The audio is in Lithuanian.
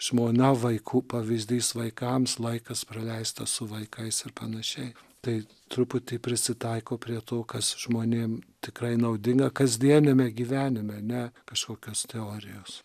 žmona vaikų pavyzdys vaikam laikas praleistas su vaikais ir panašiai tai truputį prisitaiko prie to kas žmonėm tikrai naudinga kasdieniame gyvenime ne kažkokios teorijos